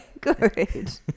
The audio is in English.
good